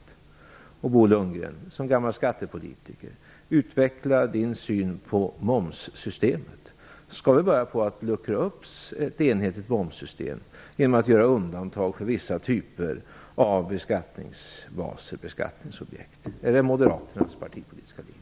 Jag vill be Bo Lundgren att som gammal skattepolitiker utveckla sin syn på momssystemet. Skall vi börja luckra upp det enhetliga momssystemet genom att göra undantag för vissa typer av beskattningsbaser? Är det Moderaternas partipolitiska linje?